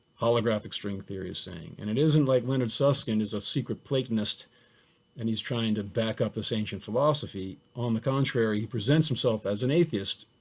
holographic string theory is saying. and it isn't like leonard susskind is a secret platonist and he's trying to back up this ancient philosophy. on the contrary, he presents himself as an atheist,